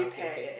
okay okay